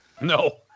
No